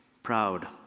proud